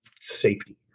safety